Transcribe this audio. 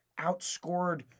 outscored